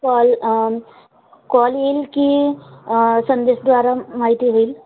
call call येईल की संदेशद्वारा माहिती होईल